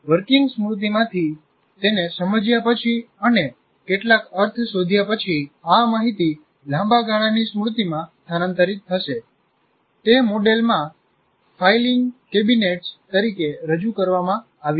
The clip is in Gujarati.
વર્કિંગ સ્મૃતિમાંથી તેને સમજ્યા પછી અને કેટલાક અર્થ શોધ્યા પછી આ માહિતી લાંબા ગાળાની સ્મૃતિમાં સ્થાનાંતરિત થશે તે મોડેલમાં ફાઇલિંગ કેબિનેટ્સ તરીકે રજૂ કરવામાં આવી છે